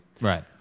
Right